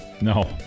No